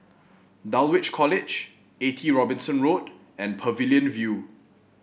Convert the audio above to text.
Dulwich College Eighty Robinson Road and Pavilion View